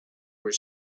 were